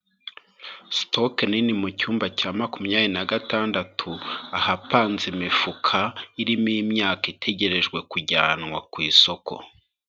Sitoke nini mu cyumba cya makumyabiri na gatandatu ahapanze imifuka, irimo imyaka itegerejwe kujyanwa ku isoko.